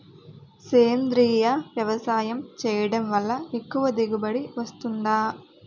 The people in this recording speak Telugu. సేంద్రీయ వ్యవసాయం చేయడం వల్ల ఎక్కువ దిగుబడి వస్తుందా?